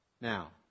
Now